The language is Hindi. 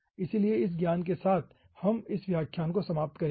इसलिए इस ज्ञान के साथ हम इस व्याख्यान को समाप्त करेंगे